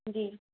جی